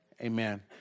Amen